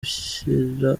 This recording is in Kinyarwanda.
gushira